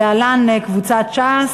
להלן: קבוצת סיעת ש"ס.